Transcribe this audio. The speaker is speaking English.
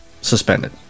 suspended